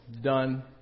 done